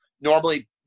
normally